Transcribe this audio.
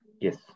Yes